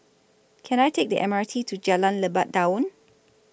Can I Take The M R T to Jalan Lebat Daun